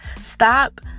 Stop